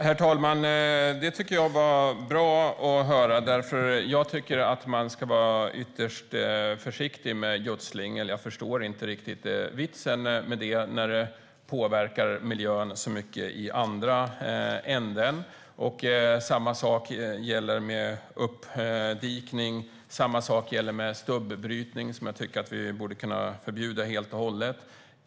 Herr talman! Det tycker jag var bra att höra, för jag tycker att man ska vara ytterst försiktig med gödsling. Jag förstår inte riktigt vitsen med det när det påverkar miljön så mycket i andra änden. Samma sak gäller med uppdikning och med stubbrytning, som jag tycker att vi borde kunna förbjuda helt och hållet.